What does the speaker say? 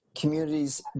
communities